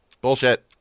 Bullshit